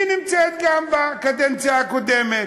הייתה גם בקדנציה הקודמת.